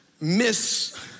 miss